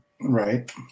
Right